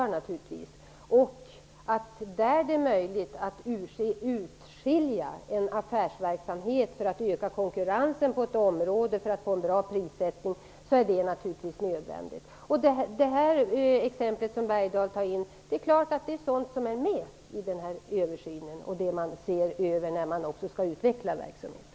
Det är naturligtvis nödvändigt att, där det är möjligt, utskilja en affärsverksamhet för att öka konkurrensen på ett område för att få en bra prissättning. Det exempel som Leif Bergdahl tar upp är sådant som är med i översynen när man också skall utveckla verksamheten.